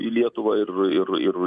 į lietuvą ir ir ir